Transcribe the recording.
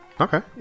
Okay